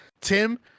Tim